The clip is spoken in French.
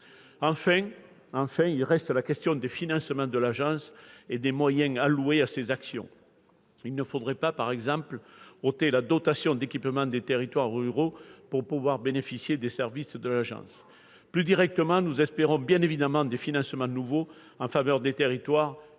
Enfin, il reste la question des financements de l'agence et des moyens alloués à ses actions. Il ne faudrait pas, par exemple, ôter la dotation d'équipement des territoires ruraux pour pouvoir bénéficier des services de celle-ci. Plus directement, nous espérons bien évidemment des financements nouveaux en faveur des territoires,